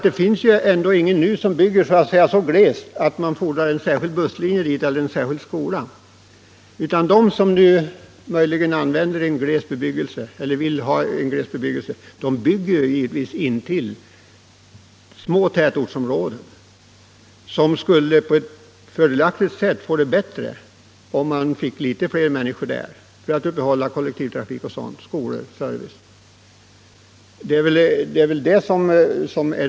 Det finns ändå inga som nu bygger så glest att det fordras en särskild busslinje dit eller en särskild skola, utan de som möjligen vill bo i gles bebyggelse bygger givetvis intill små tätortsområden. Om det blir litet fler människor där blir det lättare att få kollektivtrafik, skolor och annan service.